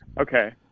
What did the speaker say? okay